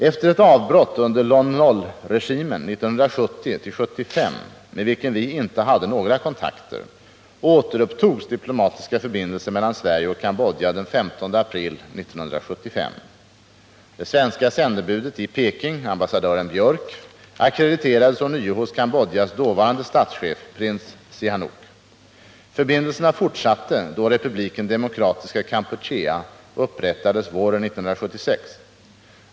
Efter ett avbrott 1970-1975 under Lon Nol-regimen, med vilken vi inte hade några kontakter, återupptogs diplomatiska förbindelser mellan Sverige och Cambodja den 15 april 1975. Det svenska sändebudet i Peking, ambassadören Björk, ackrediterades ånyo hos Cambodjas dåvarande statschef, prins Sihanouk. Förbindelserna fortsatte då republiken Demokratiska Kampuchea upprättades våren 1976.